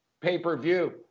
pay-per-view